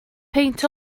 peint